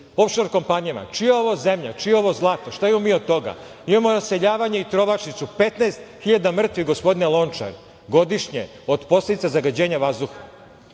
Ofšor kompanijama? Čije je ovo zlato? Šta mi imamo od toga? Imamo raseljavanje i trovačnicu, 15.000 mrtvih, gospodine Lončar godišnje od posledica zagađenja vazduha,